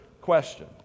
question